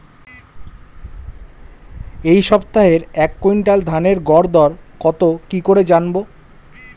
এই সপ্তাহের এক কুইন্টাল ধানের গর দর কত কি করে জানবো?